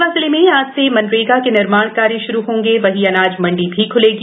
खंडवा जिले में आज से मनरेगा के निर्माण कार्य श्रू होंगे वहींअनाज मण्डी भी ख्लेंगी